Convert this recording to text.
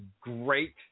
great